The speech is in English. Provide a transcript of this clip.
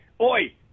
oi